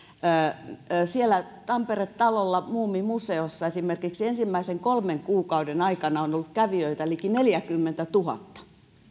siellä tampere talolla muumimuseossa esimerkiksi ensimmäisen kolmen kuukauden aikana on ollut kävijöitä liki neljäkymmentätuhatta